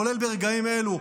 כולל ברגעים אלו,